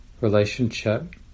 relationship